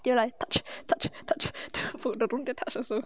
they are like touch touch touch food but don't get touch also